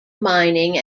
mining